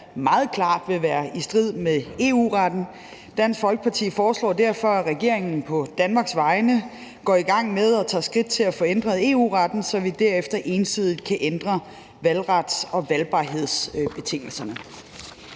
meget klart vil være i strid med EU-retten. Dansk Folkeparti foreslår derfor, at regeringen på Danmarks vegne går i gang med at tage skridt til at få ændret EU-retten, så vi derefter ensidigt kan ændre valgrets- og valgbarhedhedsbetingelserne.